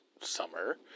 summer